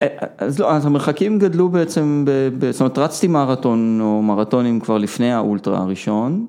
אז המרחקים גדלו בעצם, זאת אומרת, רצתי מרתון או מרתוניםכבר כבר לפני האולטרה הראשון.